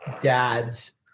dads